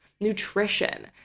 nutrition